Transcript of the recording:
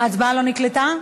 ההצבעה לא נקלטה.